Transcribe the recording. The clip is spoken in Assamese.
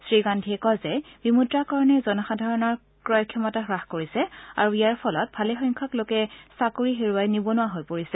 শ্ৰী গান্ধীয়ে কয় যে বিমুদ্ৰাকৰণে জনসাধাৰণৰ ক্ৰয় ক্ষমতা হ্ৰাস কৰিছে আৰু ইয়াৰ ফলত ভালেসংখ্যক লোকে চাকৰি হেৰুৱাই নিবনুৱা হৈ পৰিছে